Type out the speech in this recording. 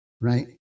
right